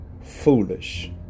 foolish